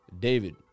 David